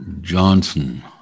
Johnson